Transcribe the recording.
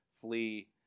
flee